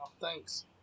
thanks